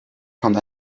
kommt